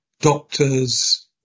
doctors